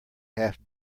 half